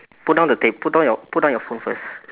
put down the tab~ put down your put down your phone first